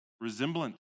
resemblance